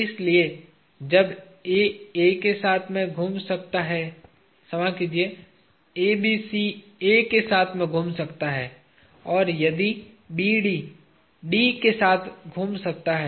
इसलिए जब A A के साथ में घूम सकता है क्षमा कीजिए ABC A के साथ में घूम सकता है और यदि BD D के साथ में घूम सकता है